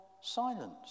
silence